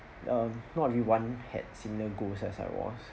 um not everyone had similar goals as I was